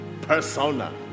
persona